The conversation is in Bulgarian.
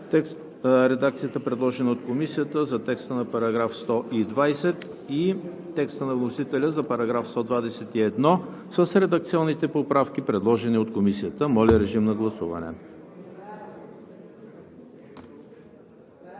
редакцията, предложена от Комисията за текста на § 120, и текста на вносителя за § 121 с редакционните поправки, предложени от Комисията. Моля, режим на гласуване.